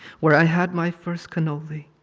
where i had my first cannoli.